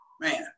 Man